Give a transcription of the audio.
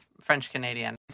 French-Canadian